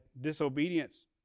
disobedience